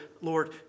Lord